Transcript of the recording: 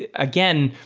ah again,